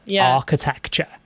architecture